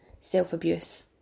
self-abuse